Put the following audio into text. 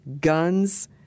Guns